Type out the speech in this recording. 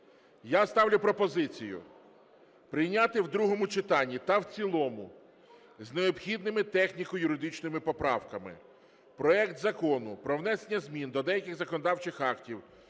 Я ставлю пропозицію прийняти в другому читанні та в цілому з необхідними техніко-юридичними поправками проект Закону про внесення змін до деяких законодавчих актів